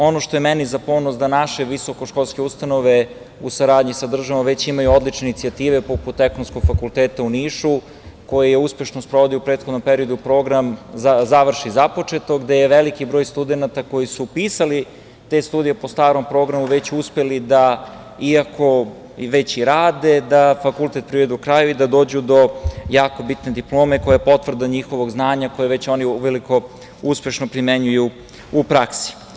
Ono što je meni za ponos da naše visokoškolske ustanove u saradnji sa državom već imaju odlične inicijative, poput Ekonomskog fakulteta u Nišu koji je uspešno sprovodio u prethodnom periodu program „završi započeto“ gde je veliki broj studenata koji su upisali te studije po starom program već uspeli, iako već i rade, da fakultet privedu kraju i da dođu da jako bitne diplome koja je potvrda njihovog znanja, koje oni već uveliko uspešno primenjuju u praksi.